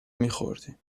میخوردیم